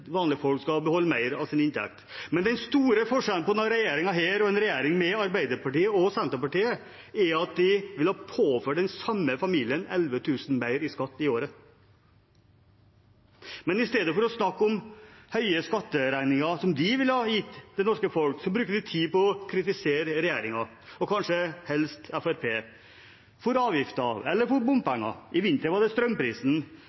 vanlige folk skal beholde mer av sin inntekt. Den store forskjellen på denne regjeringen og en regjering med Arbeiderpartiet og Senterpartiet er at de vil påføre den samme familien 11 000 kr mer i skatt i året. Men i stedet for å snakke om høye skatteregninger som de ville ha gitt det norske folk, bruker de tid på å kritisere regjeringen, og kanskje helst Fremskrittspartiet, for avgifter eller for